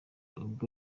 ubwo